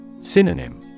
Synonym